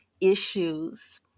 issues